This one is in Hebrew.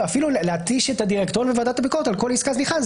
אפילו להתיש את הדירקטוריון וועדת הביקורת על כל עסקת תמיכה,